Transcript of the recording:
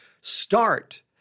Start